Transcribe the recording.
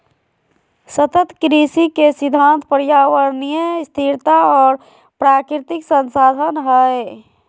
सतत कृषि के सिद्धांत पर्यावरणीय स्थिरता और प्राकृतिक संसाधन हइ